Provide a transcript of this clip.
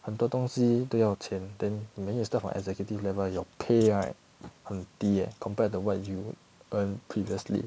很多东西都要钱 then 你们又 start from executive level your pay right 很低 eh compared to what you earn previously